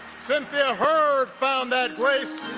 cynthia hurd found that grace.